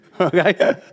Okay